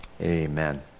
Amen